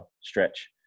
stretch